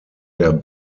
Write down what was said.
der